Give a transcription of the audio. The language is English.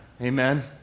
Amen